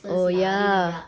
oh ya